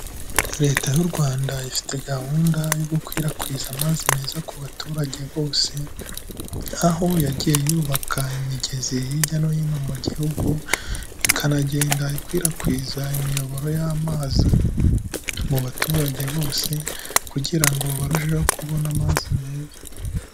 Leta y'u Rwanda ifite gahunda yo gukwirakwiza amazi meza ku baturage bose, aho yagiye yubaka imigezi hirya no hino mu gihugu, ikanagenda ikwirakwiza imiyoboro y'amazi mu baturage bose kugira ngo barusheho kubona amazi meza.